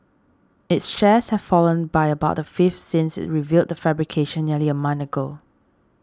its shares have fallen by about a fifth since it revealed the fabrication nearly a month ago